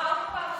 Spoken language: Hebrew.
בחרנו בה.